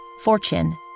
fortune